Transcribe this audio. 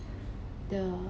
the